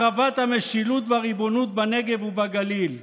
החרבת המשילות והריבונות בנגב ובגליל.